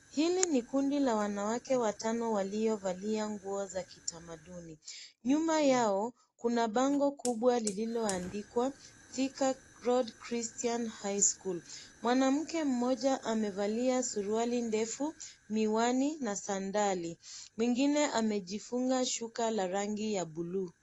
Hili ni kundi la wanawake watano waliovalia nguo za kitamaduni. Nyuma yao kuna bango kubwa lililoandikwa Thika Road Christian High School . Mwanamke mmoja amevalia suruali ndefu, miwani na sandali. Mwingine amevalia shuka la rangi ya buluu.